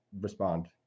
respond